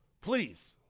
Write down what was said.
please